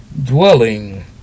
Dwelling